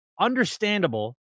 understandable